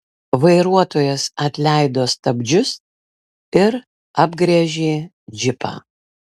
vairuotojas atleido stabdžius ir apgręžė džipą